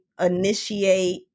initiate